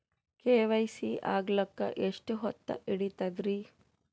KYC ಆಗಲಕ್ಕ ಎಷ್ಟ ಹೊತ್ತ ಹಿಡತದ್ರಿ?